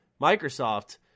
Microsoft